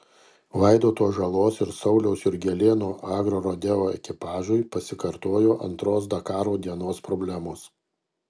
vaidoto žalos ir sauliaus jurgelėno agrorodeo ekipažui pasikartojo antros dakaro dienos problemos